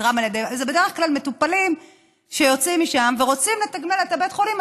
אלה בדרך כלל מטופלים שיוצאים משם ורוצים לתגמל את בית החולים.